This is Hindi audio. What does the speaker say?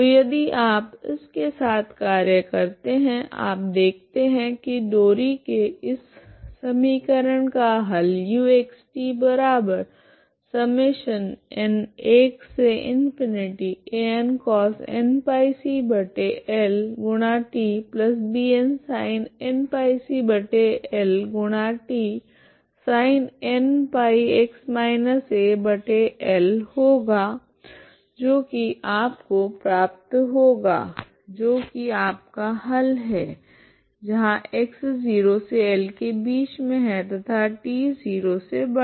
तो यदि आप इसके साथ कार्य करते है आप देखते है की डोरी के इस समीकरण का हल होगा जो की आपको प्राप्त होगा जो की आपका हल है 0xL तथा t0 के लिए